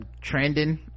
trending